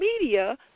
media